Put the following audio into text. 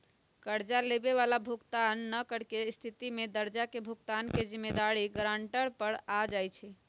कर्जा लेबए बला भुगतान न करेके स्थिति में कर्जा के भुगतान के जिम्मेदारी गरांटर पर आ जाइ छइ